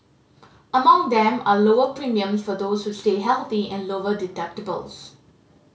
among them are lower premiums for those who stay healthy and lower deductibles